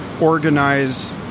organize